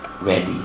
ready